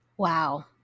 Wow